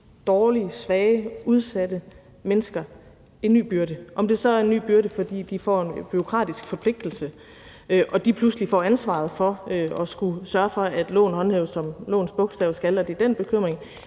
dårlige, svage og udsatte mennesker en ny byrde, om det så er en ny byrde, fordi de får en bureaukratisk forpligtelse, hvor de pludselig får ansvaret for at skulle sørge for, at loven overholdes, som lovens bogstav skal, altså at det er den bekymring,